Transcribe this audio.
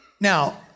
Now